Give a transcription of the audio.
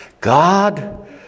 God